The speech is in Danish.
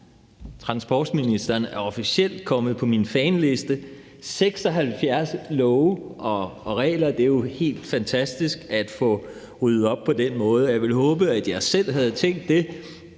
Transportministeren er officielt kommet på listen over folk, jeg er fan af. 76 love og regler – det er jo helt fantastisk at få ryddet op på den måde! Jeg ville håbe, at jeg selv havde tænkt det,